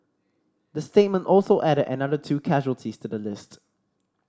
the statement also added another two casualties to the list